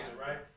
right